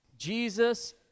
Jesus